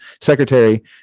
secretary